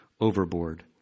overboard